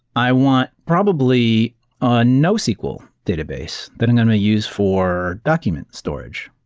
i want probably a nosql database that i'm going to use for document storage.